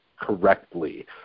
correctly